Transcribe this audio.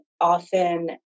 often